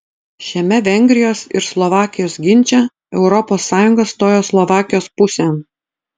šiame vengrijos ir slovakijos ginče europos sąjunga stojo slovakijos pusėn